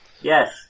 Yes